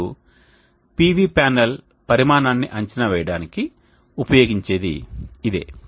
మీరు PV panel పరిమాణాన్ని అంచనా వేయడానికి ఉపయోగించేది ఇదే